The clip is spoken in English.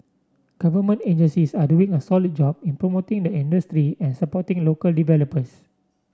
government agencies are doing a solid job in promoting the industry and supporting local developers